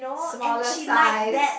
smaller size